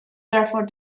therefore